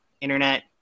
internet